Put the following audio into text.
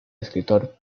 escritor